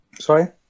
Sorry